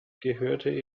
gehörte